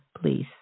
please